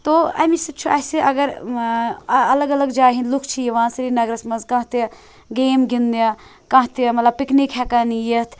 تو اَمی سۭتۍ چھُ اسہِ اگر الگ الگ جایہِ ہِنٛدۍ لُکھ چھِ یِوان سِرینگرَس منٛز کانٛہہ تہِ گیم گِنٛدنہِ کانٛہہ تہِ مَطلب پِکنِک ہیکان یِتھ